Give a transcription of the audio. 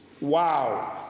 Wow